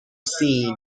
seen